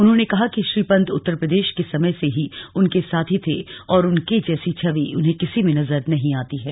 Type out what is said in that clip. उन्होंने कहा कि श्री पंत उत्तर प्रदेश के समय से ही उन के साथी थे और उनके जैसी छवि उन्हें किसी में नजर नहीं आती है